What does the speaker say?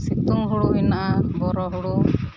ᱥᱤᱛᱩᱝ ᱦᱳᱲᱳ ᱦᱮᱱᱟᱜᱼᱟ ᱵᱳᱨᱳ ᱦᱳᱲᱳ